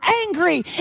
angry